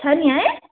छ नि है